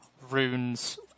runes